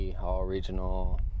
All-Regional